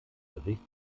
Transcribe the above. bericht